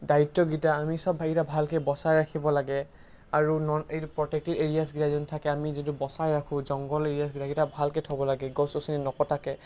দায়িত্বকেইটা আমি চব সেইকেইটা ভালকৈ বচাই ৰাখিব লাগে আৰু নন এইটো প্ৰটেক্টিভ এৰিয়াছ কেইটা যোনটো থাকে আমি যোনটো বচাই ৰাখোঁ জংঘল এৰিয়াছ কেইটা সেইকেইটা ভালকৈ থ'ব লাগে গছ গছনি নকটাকৈ